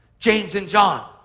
james and john,